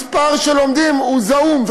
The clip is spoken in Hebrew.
מספר הלומדים הוא זעום.